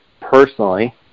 personally